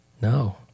No